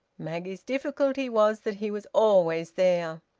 maggie's difficulty was that he was always there,